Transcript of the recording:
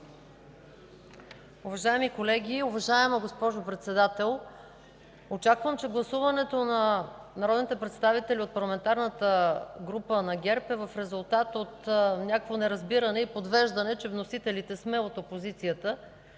Уважаеми колеги, уважаема госпожо Председател, очаквам, че гласуването на народните представители от Парламентарната група на ГЕРБ е в резултат от някакво неразбиране и подвеждане, че вносителите сме от опозицията.